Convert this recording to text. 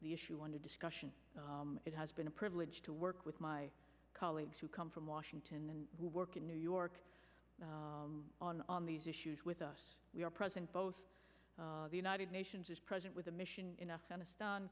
the issue under discussion it has been a privilege to work with my colleagues who come from washington and work in new york on on these issues with us we are present both the united nations is present with the mission in afghanistan